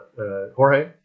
Jorge